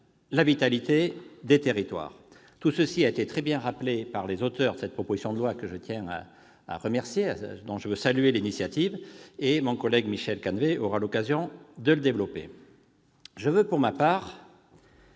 la vitalité des territoires. Tout cela a été très bien rappelé par les auteurs de cette proposition de loi, que je tiens à remercier et dont je veux saluer l'initiative ; mon collègue Michel Canevet aura l'occasion de le développer. Je veux pour ma part